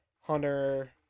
Hunter